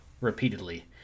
repeatedly